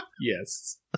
Yes